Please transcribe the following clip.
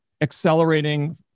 accelerating